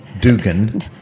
Dugan